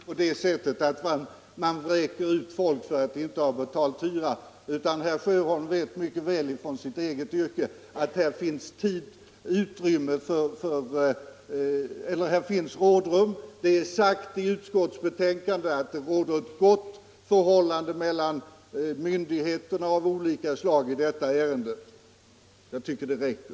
Herr talman! Det är faktiskt inte på det sättet att man utan vidare vräker ut folk för att de inte betalt hyran. Herr Sjöholm vet mycket väl från sitt eget yrke att här finns rådrum. Det är sagt i utskottsbetänkandet att det råder ett gott förhållande mellan olika myndigheter vid behandlingen av sådana här ärenden. Jag tycker att det räcker.